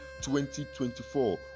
2024